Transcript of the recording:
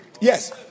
Yes